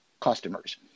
customers